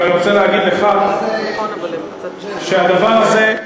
אבל אני רוצה להגיד לך שהדבר הזה,